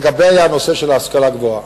לגבי הנושא של ההשכלה הגבוהה,